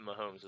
Mahomes